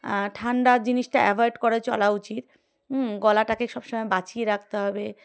ঠান্ডা জিনিসটা অ্যাভয়েড করে চলা উচিত গলাটাকে সব সময় বাঁচিয়ে রাখতে হবে